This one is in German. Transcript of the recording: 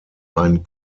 ein